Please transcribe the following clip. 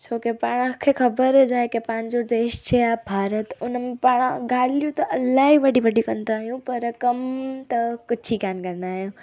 छोकी पाण खे ख़बर आहे की पंहिंजो देश जे आहे भारत हुन में पाणि ॻाल्हियूं त इलाही वॾियूं वॾियूं कंदा आहियूं पर कमु त कुझु ई कान कंदा आहियूं